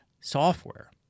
software